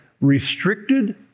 restricted